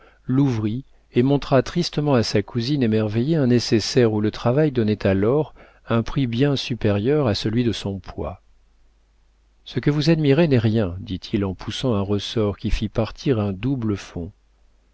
l'ouvrit et montra tristement à sa cousine émerveillée un nécessaire où le travail donnait à l'or un prix bien supérieur à celui de son poids ce que vous admirez n'est rien dit-il en poussant un ressort qui fit partir un double fond